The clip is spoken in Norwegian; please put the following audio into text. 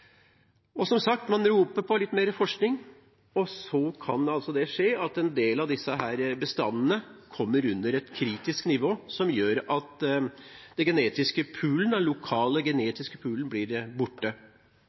si. Som sagt: Man roper på litt mer forskning, og så kan altså det skje at en del av bestandene kommer under et kritisk nivå som gjør at den genetiske poolen, den lokale